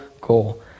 goal